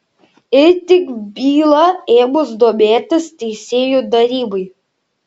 ir tik byla ėmus domėtis teisėjų tarybai